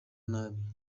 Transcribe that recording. nabi